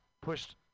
pushed